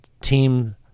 team